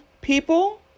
people